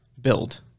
build